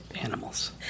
Animals